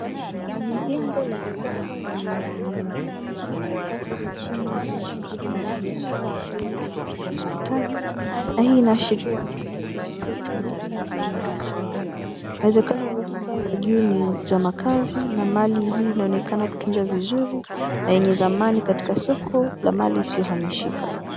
Ni jengo la kisasa lenye ghorofa nyingi. Sakafu za chini zina shughuli za kibiashara zikiwemo dalili za hospitali na hii inaashiria matumizi msetu ya makazi na biashara. Inawezekana ghorofa za juu ni za makazi na mali hii inaonekana kutunzwa vizuri na yenye zamani na soko la mali iliyohamishika.